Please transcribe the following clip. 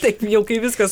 taip jau kai viskas